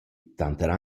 tanter